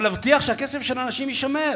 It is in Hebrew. אבל להבטיח שהכסף של האנשים יישמר.